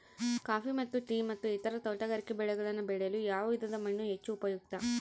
Coffee ಮತ್ತು tea ಮತ್ತು ಇತರ ತೋಟಗಾರಿಕೆ ಬೆಳೆಗಳನ್ನು ಬೆಳೆಯಲು ಯಾವ ವಿಧದ ಮಣ್ಣು ಹೆಚ್ಚು ಉಪಯುಕ್ತ?